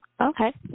Okay